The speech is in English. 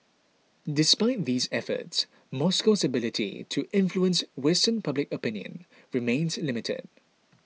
despite these efforts Moscow's ability to influence Western public opinion remains limited